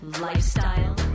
lifestyle